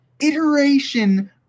iteration